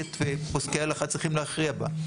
במחלוקת ופוסקי ההלכה צריכים להכריע בה.